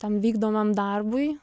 tam vykdomam darbui